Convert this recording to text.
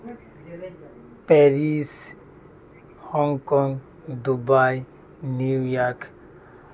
Paris Hong Kong Dubai New York